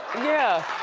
yeah.